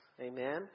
Amen